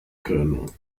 colonel